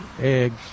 eggs